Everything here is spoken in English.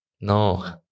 No